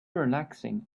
relaxing